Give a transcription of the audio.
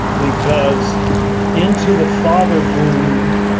because into the father wound,